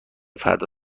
فردا